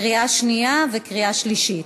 קריאה שנייה וקריאה שלישית.